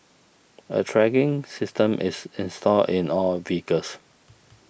a tracking system is installed in all vehicles